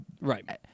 Right